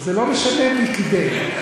זה לא משנה מי קידם.